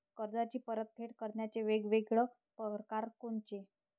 कर्जाची परतफेड करण्याचे वेगवेगळ परकार कोनचे?